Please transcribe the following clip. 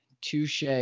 touche